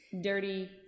dirty